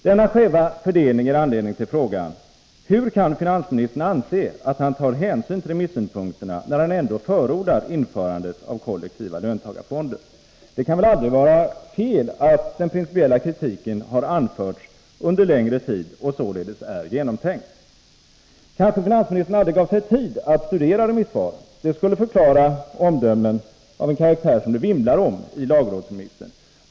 Denna skeva fördelning ger anledning till frågan: Hur kan finansministern anse att han tar hänsyn till remissynpunkterna, när han ändå förordar införandet av kollektiva löntagarfonder? Det kan väl aldrig vara fel att den principiella kritiken har anförts under längre tid och således är genomtänkt. Kanske finansministern aldrig gav sig tid att studera remissvaren. Det skulle förklara omdömen av en karaktär som det vimlar av i lagrådsremissen.